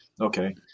Okay